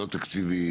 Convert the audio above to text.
לא תקציבי,